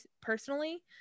personally